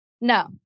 No